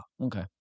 Okay